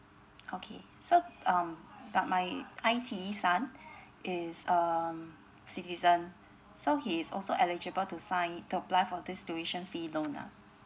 okay so um but my I_T_E son is um citizen so he's also eligible to sign to apply for this tuition fee loan lah